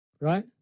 right